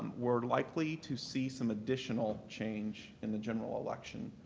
we're likely to see some additional change in the general election.